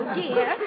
dear